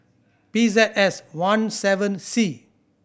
P Z S one seven C